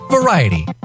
Variety